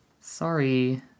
Sorry